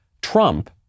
Trump